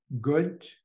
good